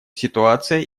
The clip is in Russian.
ситуация